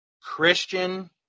christian